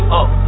up